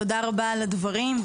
תודה רבה על הדברים,